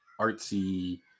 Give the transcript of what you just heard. artsy